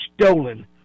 stolen